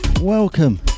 welcome